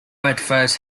adverse